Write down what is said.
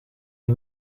les